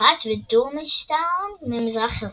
מצרפת ודורמשטרנג ממזרח אירופה,